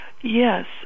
Yes